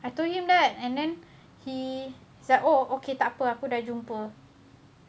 I told him that and then he is like oh okay tak apa dah jumpa